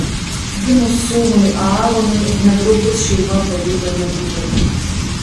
gimus sūnui aaronui netrukus šeima pajuto nepriteklių